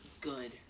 good